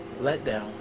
letdown